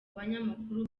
banyamakuru